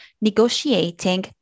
negotiating